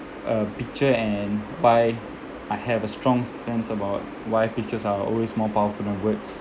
uh picture and why I have a strong stance about why pictures are always more powerful than words